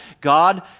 God